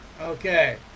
okay